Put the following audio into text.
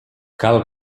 cal